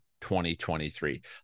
2023